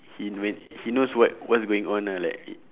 he even he knows what what's going on ah like